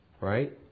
Right